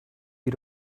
you